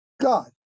God